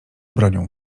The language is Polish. bronią